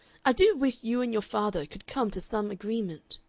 i do wish you and your father could come to some agreement.